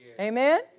Amen